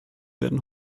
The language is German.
werden